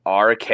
RK